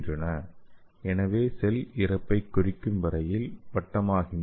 எனவே செல்கள் இறப்பைக் குறிக்கும் வகையில் வட்டமாகின்றன